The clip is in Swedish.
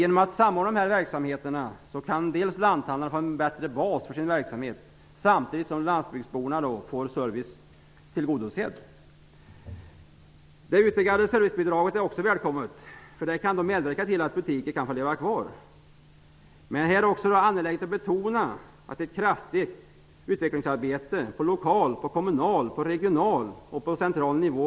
Genom att samordna verksamheterna kan lanthandlarna få en bättre bas för sin verksamhet, samtidigt som landsbygdsborna får sina servicebehov tillgodosedda. Det utpekade servicebidraget är också välkommet. Det kan medverka till att butiker kan leva kvar. Men här är det angeläget att betona att ett kraftigt utvecklingsarbete utförs på lokal, kommunal, regional och central nivå.